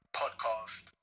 podcast